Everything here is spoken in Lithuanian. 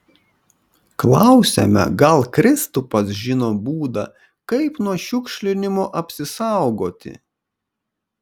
klausiame gal kristupas žino būdą kaip nuo šiukšlinimo apsisaugoti